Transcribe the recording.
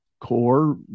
core